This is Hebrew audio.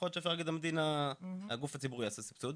יכול להיות שאפשר להגיד שהגוף הציבורי יעשה סבסוד.